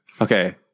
Okay